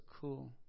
cool